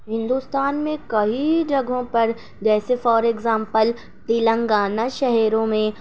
ہندوستان میں کئی جگہوں پر جیسے فار اگزامپل تلنگانہ شہروں میں